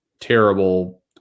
terrible